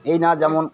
এই না যেমন